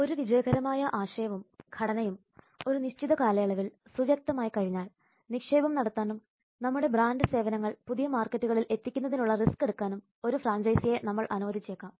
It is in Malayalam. ഒരു വിജയകരമായ ആശയവും ഘടനയും ഒരു നിശ്ചിത കാലയളവിൽ സുവ്യക്തമായി കഴിഞ്ഞാൽ നിക്ഷേപം നടത്താനും നമ്മുടെ ബ്രാൻഡ് സേവനങ്ങൾ പുതിയ മാർക്കറ്റുകളിൽ എത്തിക്കുന്നതിനുള്ള റിസ്ക് എടുക്കാനും ഒരു ഫ്രാഞ്ചൈസിയെ നമ്മൾ അനുവദിച്ചേക്കാം